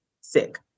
sick